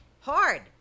Hard